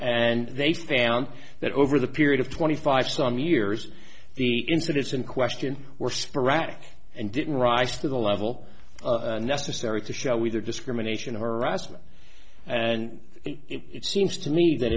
and they found that over the period of twenty five some years the incidents in question were sporadic and didn't rise to the level necessary to show either discrimination harassment and it seems to me tha